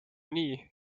nii